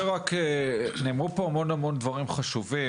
נאמרו פה המון דברים חשובים,